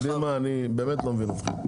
אני באמת לא מבין אתכם.